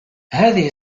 هذه